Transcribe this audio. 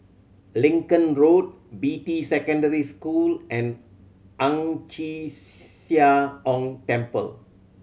Lincoln Road Beatty Secondary School and Ang Chee Sia Ong Temple